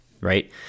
right